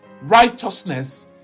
righteousness